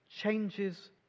changes